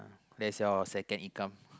that's your second income